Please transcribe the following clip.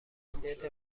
تسلیت